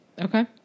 Okay